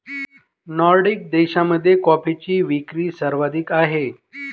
Nordic देशांमध्ये कॉफीची विक्री सर्वाधिक आहे